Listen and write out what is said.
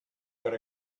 got